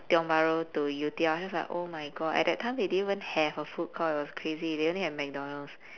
tiong bahru to yew tee I was just like oh my god at that time they didn't even have a food court it was crazy they only had mcdonald's